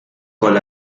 call